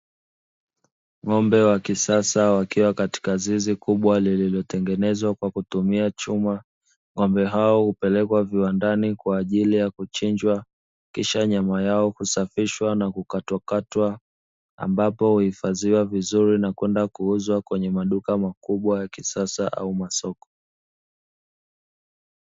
Ng'ombe wa kisasa wakiwa katika zizi lililotengenezwa kwa kutumia chuma, ng'ombe hao hupelekwa viwandani kwa ajili ya kuchinjwa kisha nyama yao kusafishwa na kukatwa katwa ambapo huifadhiwa vizuri na kwenda kuuzwa kwenye maduka makubwa ya kisasa au masoko.